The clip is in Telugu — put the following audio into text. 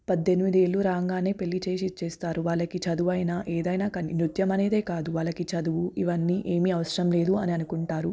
పద్దెనిమిది ఏళ్ళు రాగానే పెళ్ళి చేసి ఇచ్చేస్తారు వాళ్ళకి చదువైనా ఏదైనా కానీ నృత్యమనేదే కాదు వాళ్ళకి చదువు ఇవన్నీ ఏమీ అవసరం లేదు అని అనుకుంటారు